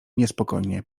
niespokojnie